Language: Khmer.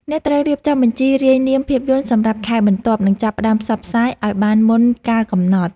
អ្នកត្រូវរៀបចំបញ្ជីរាយនាមភាពយន្តសម្រាប់ខែបន្ទាប់ និងចាប់ផ្ដើមផ្សព្វផ្សាយឱ្យបានមុនកាលកំណត់។